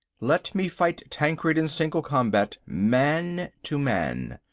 let me fight tancred in single combat, man to man.